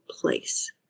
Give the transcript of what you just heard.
place